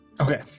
Okay